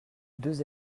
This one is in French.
deux